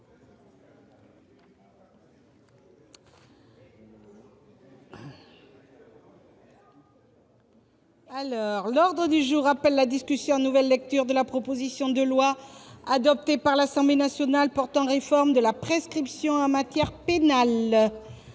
L'ordre du jour appelle la discussion en nouvelle lecture de la proposition de loi, adoptée par l'Assemblée nationale, portant réforme de la prescription en matière pénale